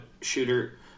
shooter